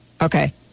Okay